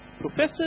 Professors